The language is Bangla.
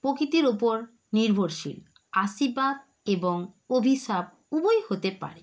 প্রকৃতির ওপর নির্ভরশীল আশীর্বাদ এবং অভিশাপ উভয়ই হতে পারে